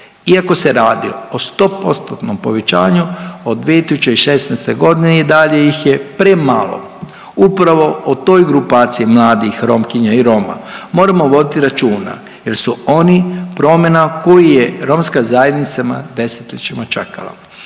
iako se radi o 100 postotnom povećanju od 2016. g., i dalje ih je premalo. Upravo o toj grupaciji mladih Romkinja i Roma moramo voditi računa jer su oni promjena koji je romska zajednicama desetljećima čekala.